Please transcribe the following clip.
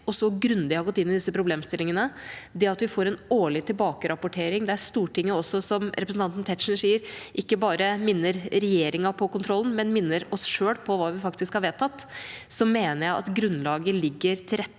og så grundig har gått inn i disse problemstillingene – bl.a. ved at vi får en årlig tilbakerapportering, der Stortinget også, som representanten Tetzschner sier, ikke bare minner regjeringa på kontrollen, men minner oss selv på hva vi faktisk har vedtatt – mener jeg at grunnlaget er der for at